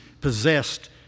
possessed